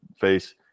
face